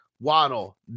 Waddle